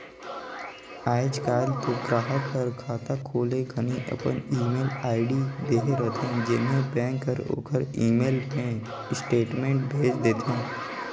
आयज कायल तो गराहक हर खाता खोले घनी अपन ईमेल आईडी देहे रथे जेम्हें बेंक हर ओखर ईमेल मे स्टेटमेंट भेज देथे